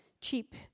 cheap